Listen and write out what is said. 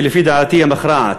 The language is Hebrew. שלפי דעתי היא המכרעת,